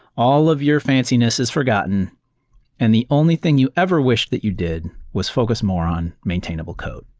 all of your fanciness is forgotten and the only thing you ever wished that you did was focus more on maintainable code.